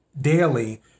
daily